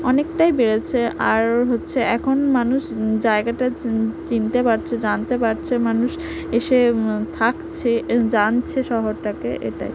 অনেকটাই বেড়েছে আর হচ্ছে এখন মানুষ জায়গাটা চিনতে পারছে জানতে পারছে মানুষ এসে থাকছে এ জানছে শহরটাকে এটাই